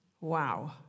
Wow